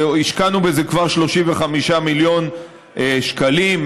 השקענו בזה כבר 35 מיליון שקלים,